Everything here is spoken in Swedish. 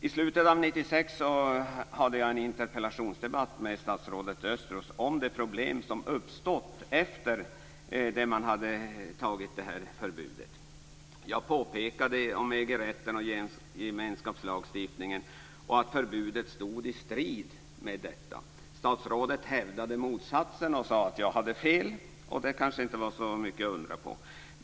I slutet av 1996 hade jag en interpellationsdebatt med statsrådet Östros om de problem som uppstått efter det att man fattat beslut om det här förbudet. Jag påpekade detta med EG-rätten och gemenskapslagstiftningen och att förbudet stod i strid med detta. Statsrådet hävdade motsatsen och sade att jag hade fel. Det kanske inte var så mycket att undra över.